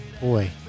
Boy